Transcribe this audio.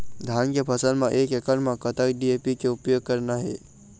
धान के फसल म एक एकड़ म कतक डी.ए.पी के उपयोग करना हे?